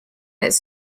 its